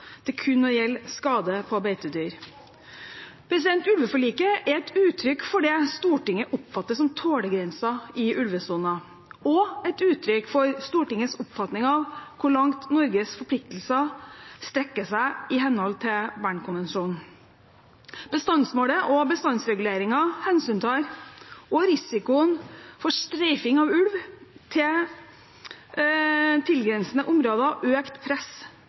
til kun å gjelde skade på beitedyr. Ulveforliket er et uttrykk for det Stortinget oppfatter som tålegrensen i ulvesonen, og et uttrykk for Stortingets oppfatning av hvor langt Norges forpliktelser strekker seg i henhold til Bern-konvensjonen. Bestandsmålet og bestandsreguleringen hensyntar også risikoen for streifing av ulv til tilgrensende områder og økt press